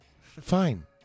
Fine